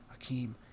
Akeem